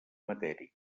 matèria